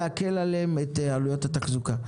כדי להקל עליהם את עלויות התחזוקה.